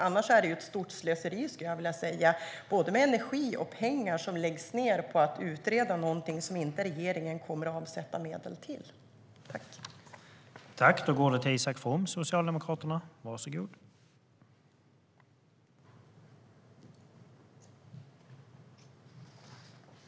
Annars skulle jag vilja säga att det är ett stort slöseri med både energi och pengar som läggs ned på att utreda något som regeringen inte kommer att avsätta medel till.